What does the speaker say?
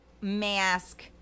mask